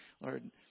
Lord